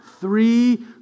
three